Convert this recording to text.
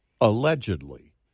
allegedly